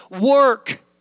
Work